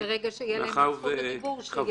וברגע שתהיה להם זכות הדיבור, הם יציגו.